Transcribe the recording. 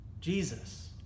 Jesus